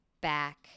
back